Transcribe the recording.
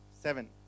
seven